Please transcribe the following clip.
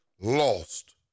lost